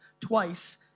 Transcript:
twice